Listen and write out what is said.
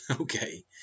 Okay